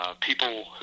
People